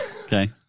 Okay